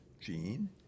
gene